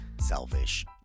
selfish